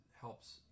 helps